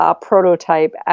prototype